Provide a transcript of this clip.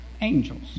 Angels